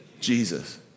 Jesus